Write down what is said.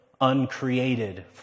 uncreated